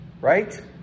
right